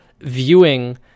viewing